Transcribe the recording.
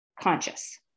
conscious